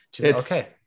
Okay